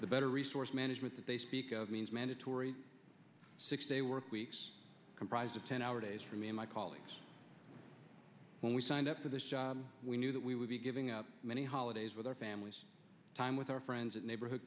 the better resource management they speak of means mandatory six day work weeks comprised of ten hour days for me and my colleagues when we signed up for this job we knew that we would be giving up many holidays with our families time with our friends at neighborhood